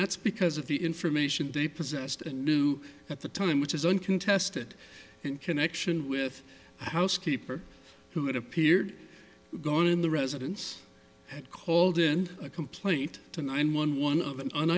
that's because of the information they possessed and knew at the time which is uncontested in connection with housekeeper who it appeared gone in the residence had called in a complaint to nine one one of them